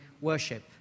worship